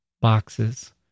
boxes